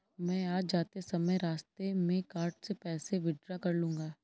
मैं आज जाते समय रास्ते में कार्ड से पैसे विड्रा कर लूंगा